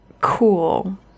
Cool